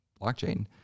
blockchain